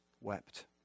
wept